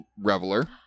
reveler